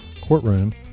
courtroom